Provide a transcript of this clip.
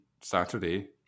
Saturday